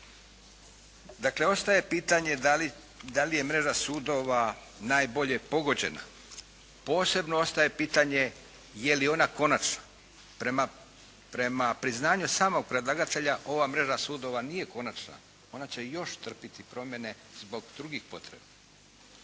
Dakle ostaje pitanje da li je mreža sudova najbolje pogođena. Posebno ostaje pitanje je li ona konačna? Prema priznanju samog predlagatelja ova mreža sudova nije konačna. Ona će još trpiti promjene zbog drugih potreba.